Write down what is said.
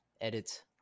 edit